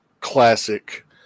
classic